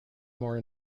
more